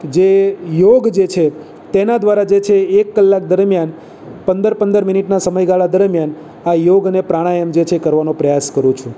જે યોગ જે છે તેના દ્વારા જે છે એક કલાક દરમિયાન પંદર પંદર મિનિટના સમયગાળા દરમિયાન આ યોગ અને પ્રાણાયામ જે છે એ કરવાનો પ્રયાસ કરું છું